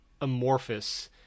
amorphous